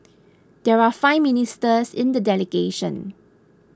there are five ministers in the delegation